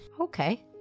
okay